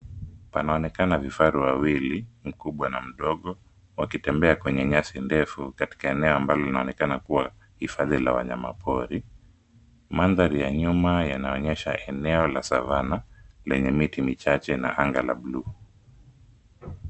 Panaonekana vifaru wawili, mkubwa na mdogo wakitembea kwenye nyasi ndefu katika eneo ambalo linaonekana kuwa hifadhi la wanyamapori. Mandhari ya nyuma yanaonyesha eneo la Savana lenye miti michache na anga la buluu.